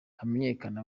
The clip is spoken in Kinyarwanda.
hamenyekane